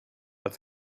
but